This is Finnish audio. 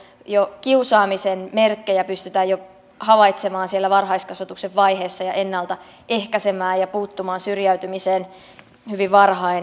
että kiusaamisen merkkejä pystytään havaitsemaan jo siellä varhaiskasvatuksen vaiheessa ja ennalta ehkäisemään ja puuttumaan syrjäytymiseen hyvin varhain